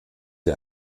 sie